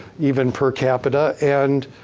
even per capita, and